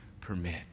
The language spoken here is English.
permit